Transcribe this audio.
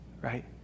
right